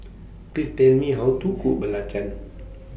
Please Tell Me How to Cook Belacan